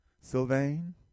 Sylvain